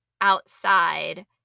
outside